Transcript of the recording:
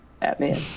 batman